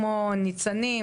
"ניצנים",